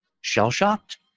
shell-shocked